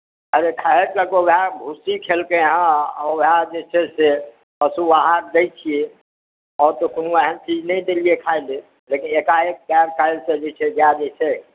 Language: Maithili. अरे खायके तऽ उएह ओकरा भुस्सी खेलकै हेँ आओर उएह जे छै से पशु आहार दैत छियै आओर तऽ कोनो एहन चीज नहि देलियै खाय लेल लेकिन एकाएक गाय काल्हिसँ जे छै गाय जे छै